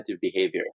behavior